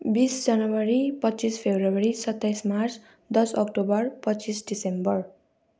बिस जनवरी पच्चिस फेब्रुअरी सत्ताइस मार्च दस अक्टोबर पच्चिस डिसेम्बर